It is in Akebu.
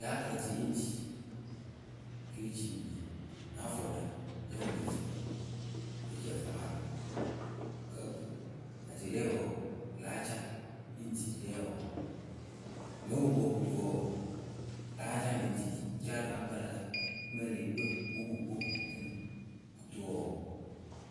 Yáa karɨ tie yǝ ŋ ci ke ci na vɔɖǝ kǝ́ lǝ vɨ e ci ǝ fɨ ŋwǝ a lɔ. Kǝ́ kɨto? Etierɛɛpǝ wɔɔ, láa caa mɨ ŋ tii rɛɛwǝ wɔɔ, no oŋuŋkǝ kɨto wɔɔ, láa caa lǝŋ tii. ŋ caa rǝ sa ŋ pǝ rɨ sa ŋ mǝǝnɨ epipǝ kpookpookpo ŋ tɨnɨ. Kɨto wɔɔ